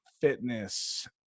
Fitness